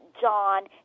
john